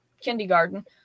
kindergarten